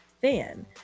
fan